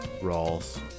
Rawls